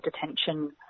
detention